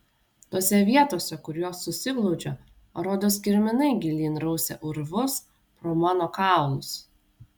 tose vietose kur jos susiglaudžia rodos kirminai gilyn rausia urvus pro mano kaulus